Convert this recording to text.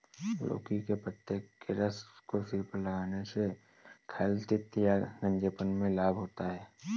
लौकी के पत्ते के रस को सिर पर लगाने से खालित्य या गंजेपन में लाभ होता है